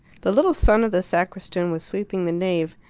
the little son of the sacristan was sweeping the nave,